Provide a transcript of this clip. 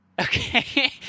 okay